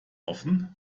offen